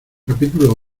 capítulo